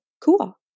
cool